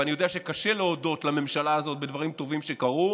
ואני יודע שקשה לממשלה הזאת להודות בדברים טובים שקרו,